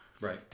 Right